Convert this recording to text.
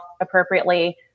appropriately